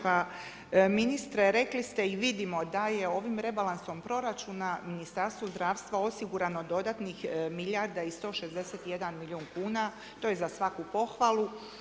Pa ministre rekli ste i vidimo da je ovim rebalansom proračuna, Ministarstvu zdravstva osigurano dodatni milijarda i 161 milijun kuna, to je za svaku pohvalu.